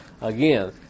again